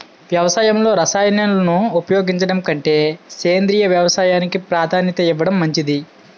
వ్యవసాయంలో రసాయనాలను ఉపయోగించడం కంటే సేంద్రియ వ్యవసాయానికి ప్రాధాన్యత ఇవ్వడం మంచిది